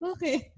Okay